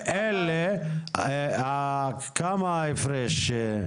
כמה ההפרש?